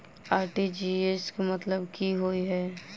RTGS केँ मतलब की होइ हय?